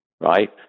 right